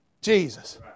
Jesus